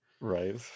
right